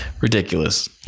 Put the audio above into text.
ridiculous